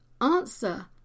answer